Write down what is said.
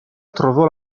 trovò